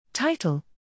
Title